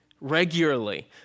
regularly